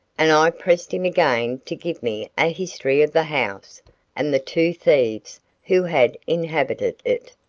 and i pressed him again to give me a history of the house and the two thieves who had inhabited it.